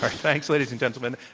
thanks, ladies and gentlemen.